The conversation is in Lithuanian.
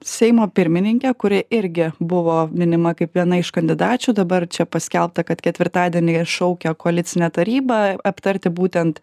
seimo pirmininkė kuri irgi buvo minima kaip viena iš kandidačių dabar čia paskelbta kad ketvirtadienį jie šaukia koalicinę tarybą aptarti būtent